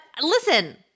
listen